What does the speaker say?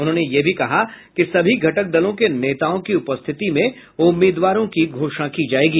उन्होंने ने कहा सभी घटक दलों के नेताओं की उपस्थिति में उम्मीदवारों की घोषणा की जायेगी